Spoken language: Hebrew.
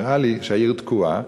נראה לי שהעיר תקועה.